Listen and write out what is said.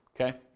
Okay